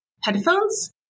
headphones